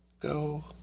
Go